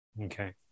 Okay